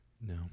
No